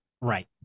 Right